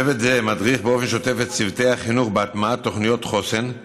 צוות זה מדריך באופן שוטף את צוותי החינוך בהטמעת תוכניות חוסן,